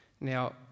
Now